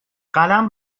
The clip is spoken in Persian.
قلم